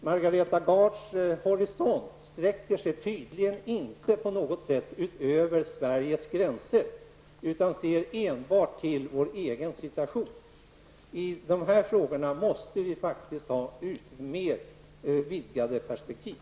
Margareta Gards horisont sträcker sig tydligen inte över Sveriges gränser, utan hon ser enbart till vår egen situation. I de här frågorna måste vi faktiskt ha mer vidgade perspektiv.